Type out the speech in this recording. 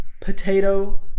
potato